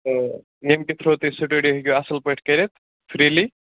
تہٕ ییٚمکہِ تھرٛوٗ تُہۍ سٹڈی ہیٚکِو اصٕل پٲٹھۍ کٔرتھ فریلی